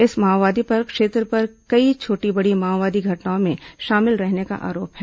इस माओवादी पर क्षेत्र की कई छोटी बड़ी माओवादी घटनाओं में शामिल रहने का आरोप है